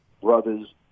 brothers